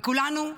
וכולנו,